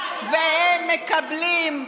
והם מקבלים,